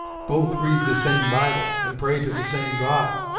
both read the same bible, and pray to the same god,